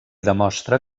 demostra